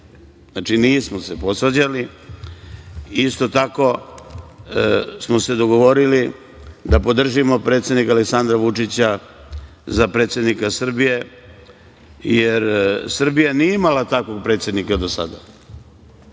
Znači, nismo se posvađali. Isto tako smo se dogovorili da podržimo predsednika Aleksandra Vučića za predsednika Srbije, jer Srbija nije imalo takvog predsednika do sada.